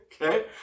Okay